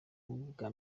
ubwa